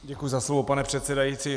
Děkuji za slovo, pane předsedající.